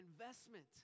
investment